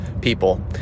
people